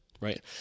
right